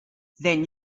then